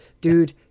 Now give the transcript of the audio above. dude